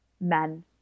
men